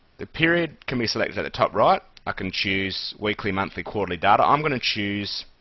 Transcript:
the period can be selected at the top right. i can choose weekly, monthly, quarterly data. i'm going to choose